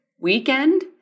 weekend